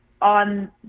on